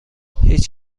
هیچ